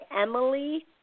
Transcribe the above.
Emily